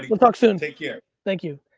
we'll talk soon. take care. thank you.